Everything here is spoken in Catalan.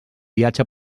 viatge